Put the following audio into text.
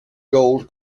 gold